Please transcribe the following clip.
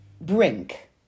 brink